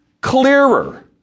clearer